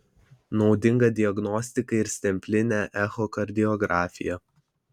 naudinga diagnostikai ir stemplinė echokardiografija